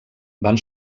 van